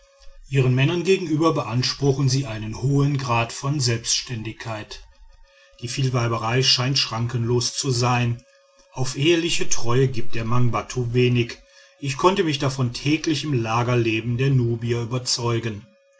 ihren männern gegenüber beanspruchen sie einen hohen grad von selbständigkeit die vielweiberei scheint schrankenlos zu sein auf eheliche treue gibt der mangbattu wenig ich konnte mich davon tagtäglich im lagerleben der nubier überzeugen